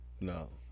No